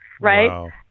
Right